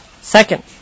Second